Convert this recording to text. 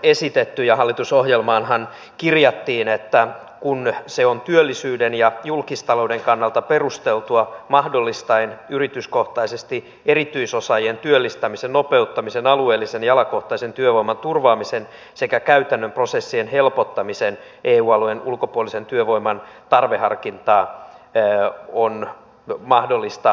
hallitusohjelmaanhan kirjattiin että kun se on työllisyyden ja julkistalouden kannalta perusteltua mahdollistaen yrityskohtaisesti erityisosaajien työllistämisen nopeuttamisen alueellisen ja alakohtaisen työvoiman turvaamisen sekä käytännön prosessien helpottamisen eu alueen ulkopuolisen työvoiman tarveharkintaa on mahdollista lieventää